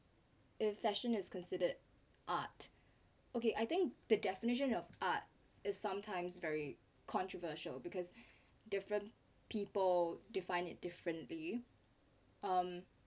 a fashion is considered art okay I think the definition of art is sometimes very controversial because different people defined it differently um